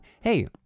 hey